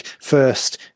first